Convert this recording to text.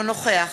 אינו נוכח